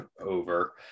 over